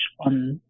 on